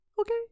okay